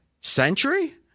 century